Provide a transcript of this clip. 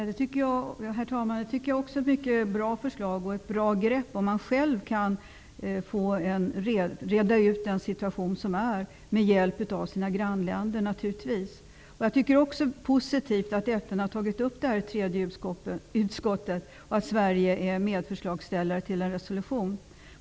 Herr talman! Det tycker jag också är ett mycket bra förslag. Det är ett bra grepp, om man i landet själv kan reda ut den situation som har uppstått, med hjälp av grannländerna. Jag tycker att det är positivt att FN har tagit upp detta i tredje utskottet och att Sverige är en av förslagsställarna bakom resolutionen.